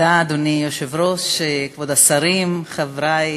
אדוני היושב-ראש, תודה, כבוד השרים, חברי